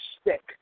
stick